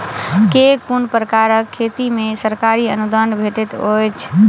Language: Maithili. केँ कुन प्रकारक खेती मे सरकारी अनुदान भेटैत अछि?